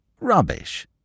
rubbish